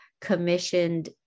commissioned